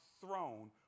throne